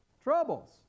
Troubles